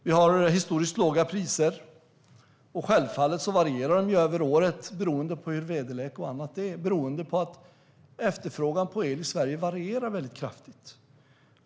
Vi har historiskt låga priser, och självfallet varierar de över året beroende på hur väderlek och annat är. Efterfrågan på el i Sverige varierar kraftigt.